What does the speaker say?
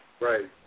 Right